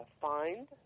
Find